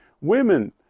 women